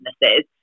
businesses